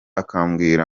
akambwira